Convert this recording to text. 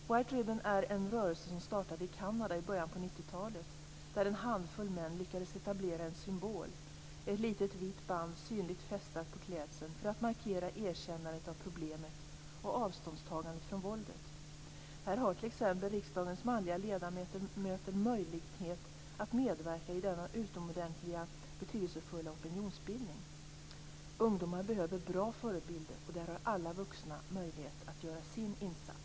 White Ribbon är en rörelse som startade i Kanada i början av 90-talet, där en handfull män lyckades etablera en symbol, ett litet vitt band synligt fästat på klädseln, för att markera erkännandet av problemet och avståndstagande från våldet. Här har t.ex. riksdagens manliga ledamöter möjlighet att medverka i denna utomordentligt betydelsefulla opinionsbildning. Ungdomar behöver bra förebilder, och där har alla vuxna möjlighet att göra sin insats.